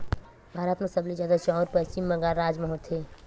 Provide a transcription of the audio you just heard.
भारत म सबले जादा चाँउर पस्चिम बंगाल राज म होथे